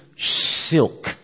silk